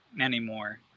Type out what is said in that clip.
anymore